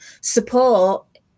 Support